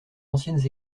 anciennes